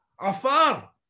afar